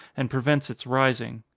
and prevents its rising.